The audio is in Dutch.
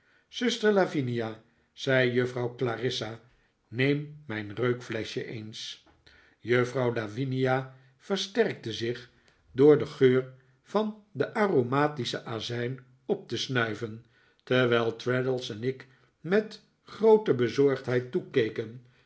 zuster lavinia zei juffrouw clarissa neem mijn reukfleschje eens juffrouw lavinia versterkte zich door den geur van den aromatischen azijn op te snuiven terwijl traddles en ik met groote bezorgdheid toekeken